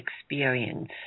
experience